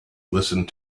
listened